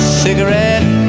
cigarette